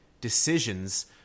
decisions